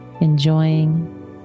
Enjoying